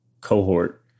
cohort